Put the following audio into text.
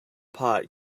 pot